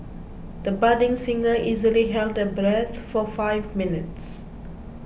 the budding singer easily held her breath for five minutes